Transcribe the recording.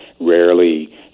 rarely